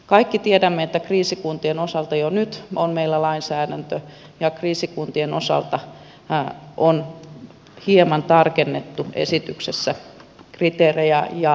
kaikki tiedämme että kriisikuntien osalta meillä on jo nyt lainsäädäntö ja kriisikuntien osalta on hieman tarkennettu esityksessä kriteerejä ja askelmerkkejä